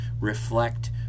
reflect